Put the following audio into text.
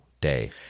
day